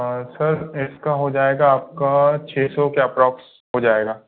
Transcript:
sir इसका हो जाएगा आपका छः सौ के अपरोक्स हो जाएगा